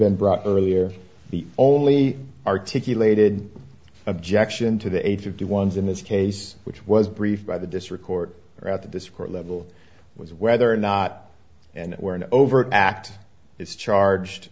been brought up earlier the only articulated objection to the age of the ones in this case which was briefed by the district court or at this court level was whether or not and where an overt act is charged